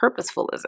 purposefulism